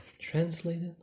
Translated